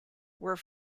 were